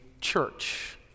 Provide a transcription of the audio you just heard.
church